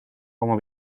como